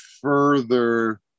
further